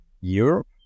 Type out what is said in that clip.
Europe